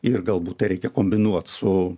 ir galbūt tai reikia kombinuoti su